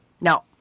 No